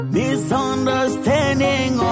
misunderstanding